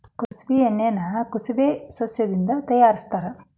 ಕುಸಬಿ ಎಣ್ಣಿನಾ ಕುಸಬೆ ಸಸ್ಯದಿಂದ ತಯಾರಿಸತ್ತಾರ